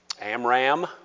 Amram